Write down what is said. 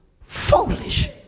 foolish